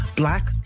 Black